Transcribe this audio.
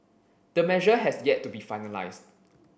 the measure has yet to be finalised